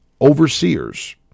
overseers